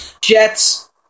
Jets